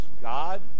God